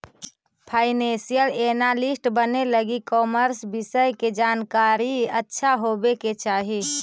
financial analyst बने लगी commerce विषय के जानकारी अच्छा होवे के चाही